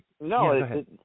no